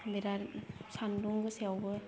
बिरात सान्दुं गोसायावबो